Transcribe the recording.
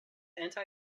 anti